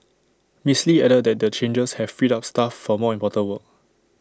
miss lee added that the changes have freed up staff for more important work